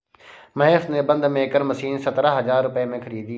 महेश ने bund maker machine सतरह हजार रुपए में खरीदी